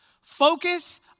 Focus